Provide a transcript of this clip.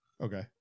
okay